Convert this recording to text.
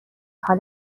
حال